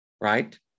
right